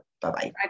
Bye-bye